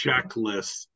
checklist